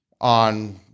on